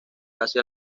casi